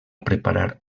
preparar